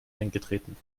eingetreten